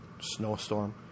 snowstorm